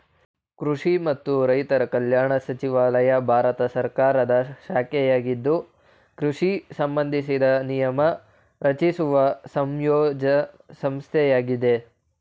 ಕೃಷಿ ಮತ್ತು ರೈತರ ಕಲ್ಯಾಣ ಸಚಿವಾಲಯ ಭಾರತ ಸರ್ಕಾರದ ಶಾಖೆಯಾಗಿದ್ದು ಕೃಷಿ ಸಂಬಂಧಿಸಿದ ನಿಯಮ ರಚಿಸುವ ಸರ್ವೋಚ್ಛ ಸಂಸ್ಥೆಯಾಗಿದೆ